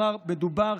מדובר,